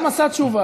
אדם עשה תשובה,